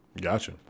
gotcha